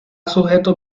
sujeto